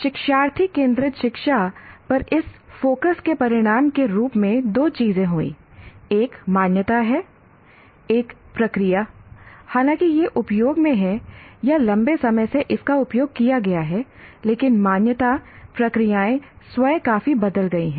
शिक्षार्थी केंद्रित शिक्षा पर इस फोकस के परिणाम के रूप में दो चीजें हुईं एक मान्यता है एक प्रक्रिया हालांकि यह उपयोग में है या लंबे समय से इसका उपयोग किया गया है लेकिन मान्यता प्रक्रियाएं स्वयं काफी बदल गई हैं